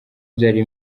byari